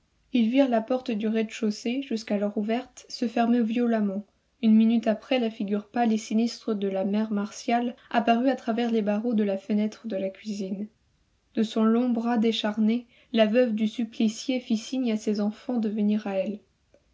ils virent la porte du rez-de-chaussée jusqu'alors ouverte se fermer violemment une minute après la figure pâle et sinistre de la mère martial apparut à travers les barreaux de la fenêtre de la cuisine de son long bras décharné la veuve du supplicié fit signe à ses enfants de venir à elle